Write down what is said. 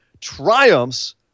triumphs